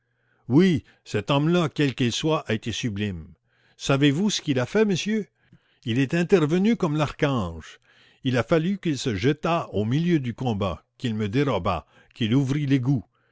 oui cet homme-là quel qu'il soit a été sublime savez-vous ce qu'il a fait monsieur il est intervenu comme l'archange il a fallu qu'il se jetât au milieu du combat qu'il me dérobât qu'il ouvrît l'égout